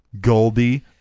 Goldie